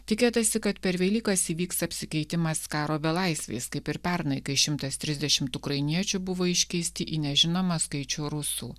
tikėtasi kad per velykas įvyks apsikeitimas karo belaisviais kaip ir pernai kai šimtas trisdešimt ukrainiečių buvo iškeisti į nežinomą skaičių rusų